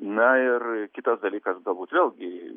na ir kitas dalykas galbūt vėlgi